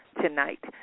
tonight